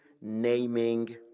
Naming